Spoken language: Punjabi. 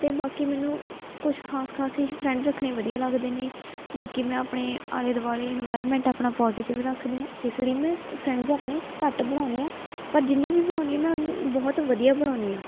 ਅਤੇ ਬਾਕੀ ਮੈਨੂੰ ਕੁਛ ਖਾਸ ਖਾਸ ਹੀ ਫਰੈਂਡ ਰੱਖਣੇ ਵਧੀਆ ਲੱਗਦੇ ਨੇ ਬਾਕੀ ਮੈਂ ਆਪਣੇ ਆਲੇ ਦੁਆਲੇ ਇਨਵਾਇਰਮੈਂਟ ਆਪਣਾ ਪੋਜ਼ੀਟਿਵ ਰੱਖਦੀ ਹਾਂ ਇਸ ਲਈ ਮੈਂ ਸ ਫਰੈਂਡਸ ਆਪਣੇ ਘੱਟ ਬਣਾਉਂਦੀ ਹਾਂ ਪਰ ਜਿੰਨੇ ਵੀ ਬਣਾਉਂਦੀ ਹਾਂ ਮੈਂ ਬਹੁਤ ਵਧੀਆ ਬਣਾਉਂਦੀ ਹਾਂ